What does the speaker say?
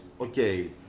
okay